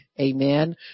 Amen